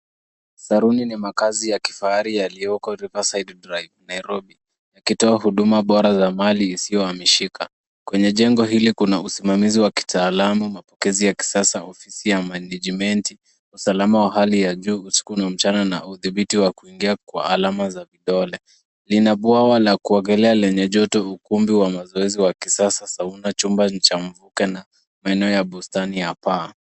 Saruni ni makazi ya kifahari yaliyoko Riverside Drive, Nairobi, yakitoa huduma bora za mali isiyohamishika. Kwenye jengo hili kuna usimamizi wa kitaalamu, mapokezi ya kisasa, ofisi ya manejimenti, usalama wa hali ya juu usiku na mchana na udhibiti wa kuingia kwa alama za vidole. Lina bwawa la kuogelea lenye joto, ukumbi wa mazoezi wa kisasa, sauna, chumba ni cha mvuke na maeneo ya bustani ya paa.